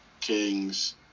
King's